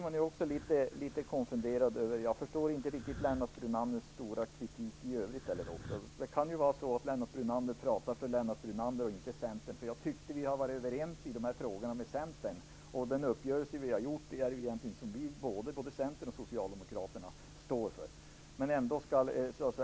Jag förstår heller inte riktigt Lennart Brunanders kritik i övrigt. Det kan ju vara så att Lennart Brunander talar för Lennart Brunander och inte för Centern. Jag tycker nämligen att vi har varit överens med Centern i de här frågorna, och både Centern och Socialdemokraterna står ju för den uppgörelse som har gjorts.